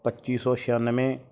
ਪੱਚੀ ਸੌ ਛਿਆਨਵੇਂ